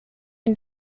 and